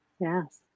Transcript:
yes